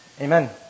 Amen